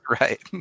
right